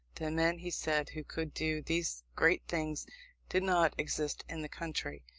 the men, he said, who could do these great things did not exist in the country.